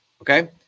okay